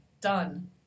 Done